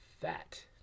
fat